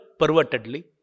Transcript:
pervertedly